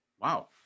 Wow